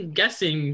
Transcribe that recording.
guessing